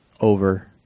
over